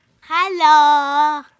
Hello